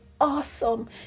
awesome